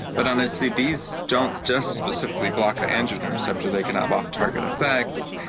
but honestly, these don't just specifically block the androgen receptor, they can have off-target effects.